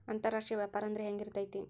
ಅಂತರಾಷ್ಟ್ರೇಯ ವ್ಯಾಪಾರ ಅಂದ್ರೆ ಹೆಂಗಿರ್ತೈತಿ?